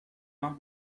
ماه